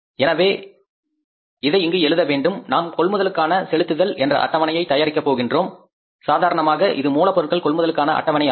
எனவே இதை இங்கு எழுத வேண்டும் நாம் பேமெண்ட் பார் பர்சேஷஸ் செட்யூல் தயாரிக்க போகின்றோம் சாதாரணமாக இது மூலப்பொருட்கள் கொள்முதலுக்கான அட்டவணை ஆகும்